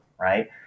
right